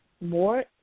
more